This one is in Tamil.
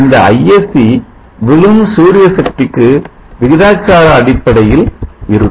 இந்த Isc விழும் சூரிய சக்திக்கு விகிதாச்சார அடிப்படையில் இருக்கும்